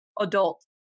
adult